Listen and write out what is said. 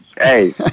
Hey